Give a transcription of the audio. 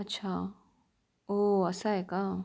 अच्छा ओ असं आहे का